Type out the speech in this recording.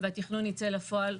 והתכנון יצא לפועל.